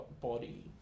body